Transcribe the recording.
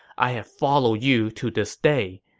i have followed you to this day,